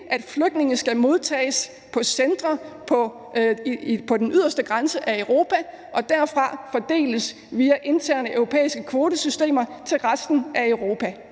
at flygtninge skal modtages på centre på den yderste grænse af Europa og derfra fordeles via interne europæiske kvotesystemer til resten af Europa.